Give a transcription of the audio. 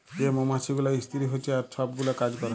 যে মমাছি গুলা ইস্তিরি হছে আর ছব গুলা কাজ ক্যরে